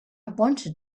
wanted